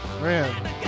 man